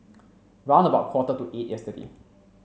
round about quarter to eight yesterday